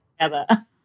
together